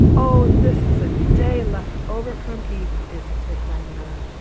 oh, this is a day left over from eden, isn't it, diana.